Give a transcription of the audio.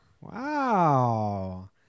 Wow